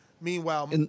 Meanwhile